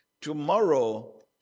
Tomorrow